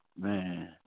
Man